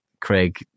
Craig